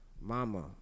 mama